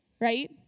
Right